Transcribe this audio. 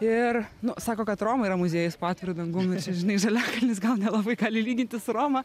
ir nu sako kad roma yra muziejus po atviru dangum žinai žaliakalnis gal nelabai gali lygintis su roma